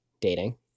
dating